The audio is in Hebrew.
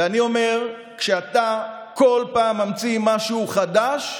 ואני אומר, כשאתה כל פעם ממציא משהו חדש,